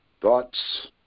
Thoughts